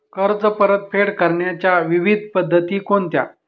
कर्ज परतफेड करण्याच्या विविध पद्धती कोणत्या?